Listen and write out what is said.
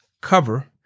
cover